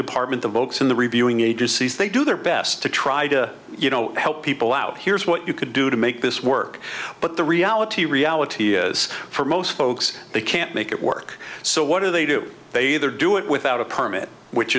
department the books in the reviewing agencies they do their best to try to you know help people out here's what you could do to make this work but the reality reality is for most folks they can't make it work so what do they do they either do it without a permit which